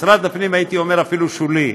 משרד הפנים, הייתי אומר, אפילו שולי,